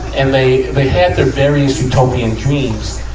and they, they had their various utopian dreams.